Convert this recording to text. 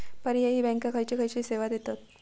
पर्यायी बँका खयचे खयचे सेवा देतत?